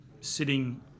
sitting